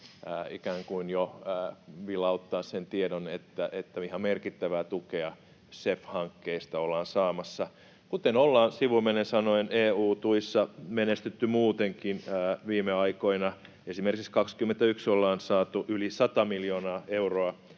ikään kuin vilauttaa sen tiedon, että ihan merkittävää tukea CEF-hankkeista ollaan saamassa. — Kuten ollaan sivumennen sanoen EU-tuissa menestytty muutenkin viime aikoina. Esimerkiksi 21 ollaan saatu yli 100 miljoonaa euroa